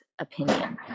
opinion